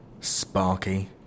Sparky